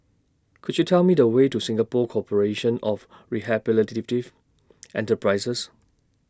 Could YOU Tell Me The Way to Singapore Corporation of Rehabilitative Enterprises